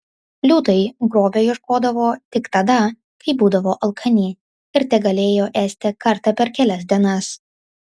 liūtai grobio ieškodavo tik tada kai būdavo alkani ir tegalėjo ėsti kartą per kelias dienas